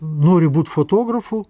nori būt fotografu